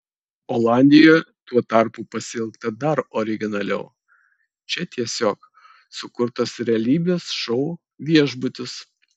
olandijoje tuo tarpu pasielgta dar originaliau čia tiesiog sukurtas realybės šou viešbutis